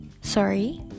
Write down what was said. Sorry